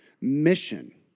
mission